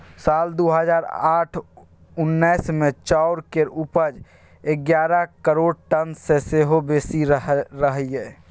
साल दु हजार अठारह उन्नैस मे चाउर केर उपज एगारह करोड़ टन सँ सेहो बेसी रहइ